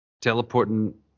teleporting